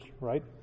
right